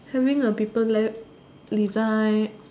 hiring the people there design